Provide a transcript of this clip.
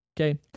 Okay